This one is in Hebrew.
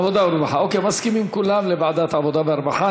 אוקיי, מסכימים כולם לוועדת העבודה ורווחה.